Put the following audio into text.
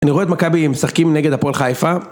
אני רואה את מכבי משחקים נגד הפועל חיפה